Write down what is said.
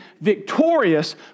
victorious